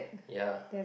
ya